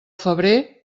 febrer